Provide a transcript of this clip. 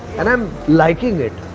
and i'm liking it!